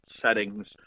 settings